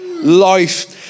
Life